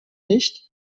nicht